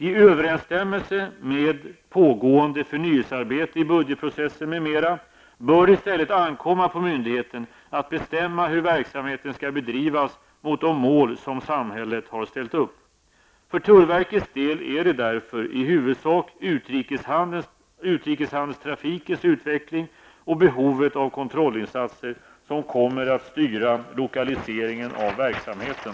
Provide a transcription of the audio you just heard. I överensstämmelse med pågående förnyelsearbete i budgetprocessen m.m. bör det i stället ankomma på myndigheten att bestämma hur verksamheten skall bedrivas mot de mål som samhället har ställt upp. För tullverkets del är det därför i huvudsak utrikeshandelstrafikens utveckling och behovet av kontrollinsatser som kommer att styra lokaliseringen av verksamheten.